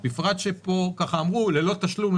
בפרט שפה אמרו: ללא תשלום,